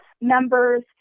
members